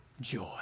joy